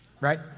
Right